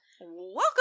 Welcome